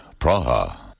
Praha